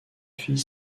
fils